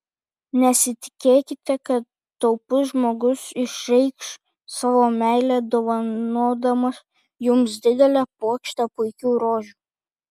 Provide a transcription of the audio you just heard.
nesitikėkite kad taupus žmogus išreikš savo meilę dovanodamas jums didelę puokštę puikių rožių